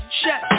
chef